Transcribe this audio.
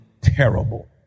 terrible